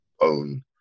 own